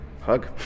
hug